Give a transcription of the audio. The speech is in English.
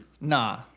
Nah